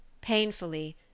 Painfully